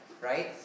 right